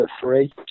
three